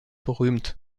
berühmt